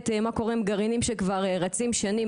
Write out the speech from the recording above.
מה קורה עם גרעינים שכבר רצים שנים,